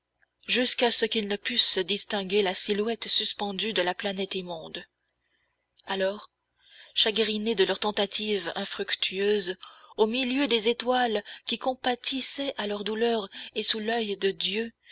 jusqu'à ce qu'ils ne pussent plus distinguer la silhouette suspendue de la planète immonde alors chagrinés de leur tentative infructueuse au milieu des étoiles qui compatissaient à leur douleur et sous l'oeil de dieu